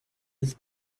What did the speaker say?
has